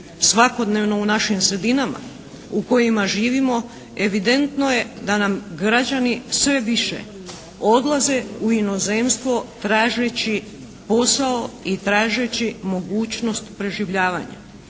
svakodnevno u našim sredinama u kojima živimo evidentno je da nam građani sve više odlaze u inozemstvo tražeći posao i tražeći mogućnost preživljavanja.